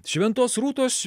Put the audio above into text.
šventos rūtos